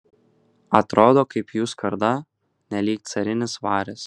atrodo kaip jų skarda nelyg carinis varis